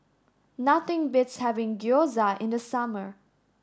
nothing beats having Gyoza in the summer